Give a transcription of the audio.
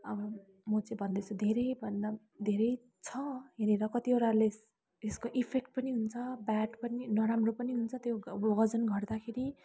अब म चाहिँ भन्दैछु धेरै भन्दा धेरै छ हेरेर कतिवटाले यसको इफेक्ट पनि हुन्छ ब्याड पनि नराम्रो पनि हुन्छ त्यो वजन घट्दाखेरि